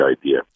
idea